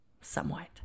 somewhat